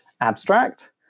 abstract